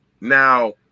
Now